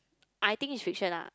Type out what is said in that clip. I think is fiction lah